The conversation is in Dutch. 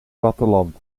platteland